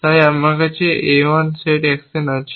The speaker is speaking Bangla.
তাই আমার কাছে একই A 1 সেট অ্যাকশন আছে